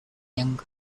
young